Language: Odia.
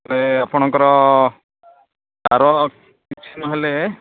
ତେବେ ଆପଣଙ୍କର ତାର କିଛି ନହେଲେ